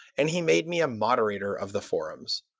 and he made me a moderator of the forums.